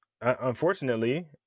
Unfortunately